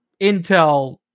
Intel